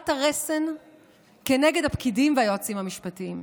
הרסן כנגד הפקידים והיועצים המשפטיים,